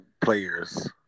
players